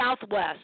Southwest